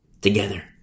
Together